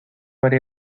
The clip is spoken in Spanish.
haré